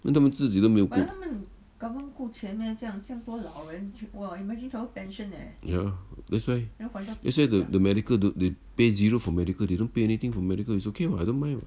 then 他们自己都没有顾 ya that's why that's why the medical they pay zero for medical they don't pay anything for medical it's okay wha I don't mind [what]